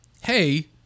hey